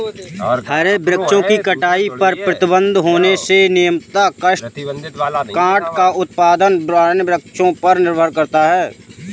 हरे वृक्षों की कटाई पर प्रतिबन्ध होने से नियमतः काष्ठ का उत्पादन पुराने वृक्षों पर निर्भर करता है